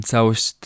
Całość